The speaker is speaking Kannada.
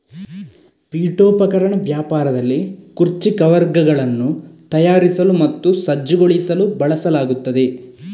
ಪೀಠೋಪಕರಣ ವ್ಯಾಪಾರದಲ್ಲಿ ಕುರ್ಚಿ ಕವರ್ಗಳನ್ನು ತಯಾರಿಸಲು ಮತ್ತು ಸಜ್ಜುಗೊಳಿಸಲು ಬಳಸಲಾಗುತ್ತದೆ